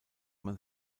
man